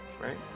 right